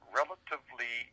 relatively